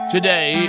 Today